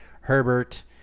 Herbert